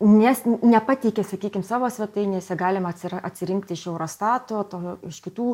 nes nepateikia sakykim savo svetainėse galima atsira atsirinkt iš eurostato to iš kitų